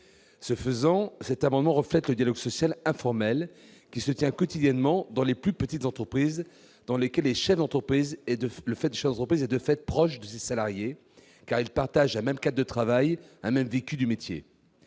Ce faisant, cet amendement tend à refléter le dialogue social informel qui se tient quotidiennement dans les plus petites entreprises, dans lesquelles le chef d'entreprise est de fait proche de ses salariés, car ils partagent un même cadre de travail et un même vécu du métier.